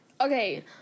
okay